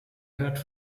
hört